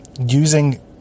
Using